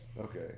Okay